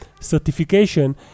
certification